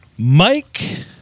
Mike